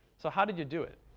so how did you do it?